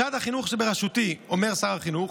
משרד החינוך שבראשותי, אומר שר החינוך,